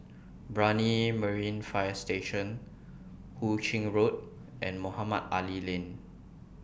Brani Marine Fire Station Hu Ching Road and Mohamed Ali Lane